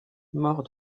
mort